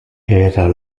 era